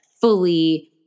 fully